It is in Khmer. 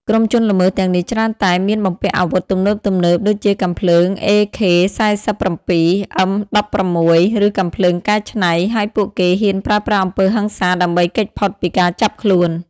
ក្រុមជនល្មើសទាំងនេះច្រើនតែ មានបំពាក់អាវុធទំនើបៗ ដូចជាកាំភ្លើង AK-47 M16 ឬកាំភ្លើងកែច្នៃ ហើយពួកគេហ៊ានប្រើប្រាស់អំពើហិង្សាដើម្បីគេចផុតពីការចាប់ខ្លួន។